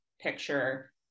picture